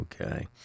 Okay